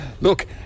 Look